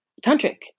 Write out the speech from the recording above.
tantric